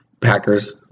Packers